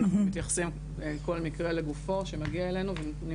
אנחנו מתייחסים כל מקרה לגופו שמגיע אלינו ונותנים